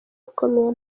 ukomeye